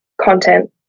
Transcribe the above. content